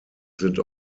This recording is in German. sind